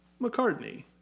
McCartney